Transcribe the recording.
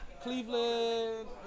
Cleveland